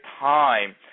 time